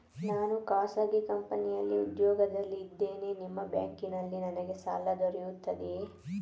ನಾನು ಖಾಸಗಿ ಕಂಪನಿಯಲ್ಲಿ ಉದ್ಯೋಗದಲ್ಲಿ ಇದ್ದೇನೆ ನಿಮ್ಮ ಬ್ಯಾಂಕಿನಲ್ಲಿ ನನಗೆ ಸಾಲ ದೊರೆಯುತ್ತದೆಯೇ?